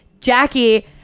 Jackie